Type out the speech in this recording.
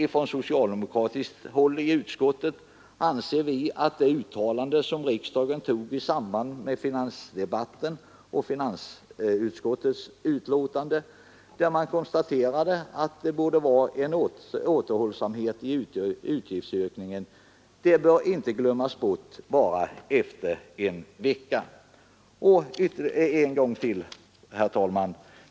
Från socialdemokratiskt håll i utskottet anser vi att det uttalande som riksdagen tog i samband med finansdebatten, om återhållsamhet i utgiftsökningen, inte bör glömmas bort efter bara en vecka. Herr talman!